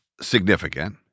significant